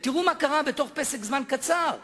ותראו מה קרה בתוך זמן קצר.